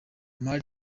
mar